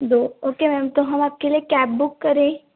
दो okay ma'am तो हम आपके लिए कैब बुक करें